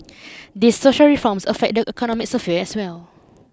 these social reforms affect the economic sphere as well